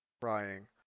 crying